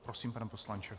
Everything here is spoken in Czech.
Prosím, pane poslanče.